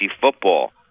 football